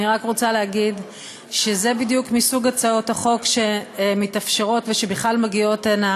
אני רק רוצה להגיד שזה מסוג הצעות החוק שמתאפשרות ושבכלל מגיעות הנה